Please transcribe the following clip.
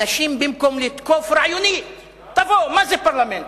אנשים, במקום לתקוף רעיונית, תבואו, מה זה פרלמנט?